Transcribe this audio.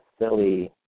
silly